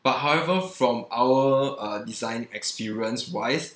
but however from our uh design experience wise